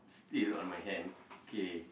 still on my hand okay